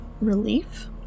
relief